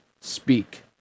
Speak